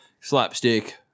slapstick